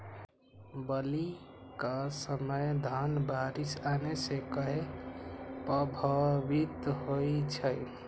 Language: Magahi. बली क समय धन बारिस आने से कहे पभवित होई छई?